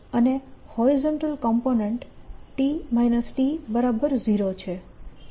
અને horizontal component T T0 છે